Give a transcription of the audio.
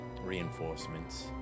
Reinforcements